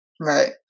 Right